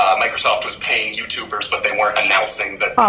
microsoft was paying youtubers but they weren't announcing